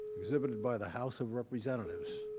exhibited by the house of representatives.